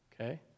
okay